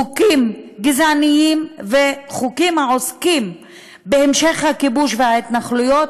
חוקים גזעניים וחוקים העוסקים בהמשך הכיבוש וההתנחלויות,